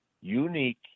unique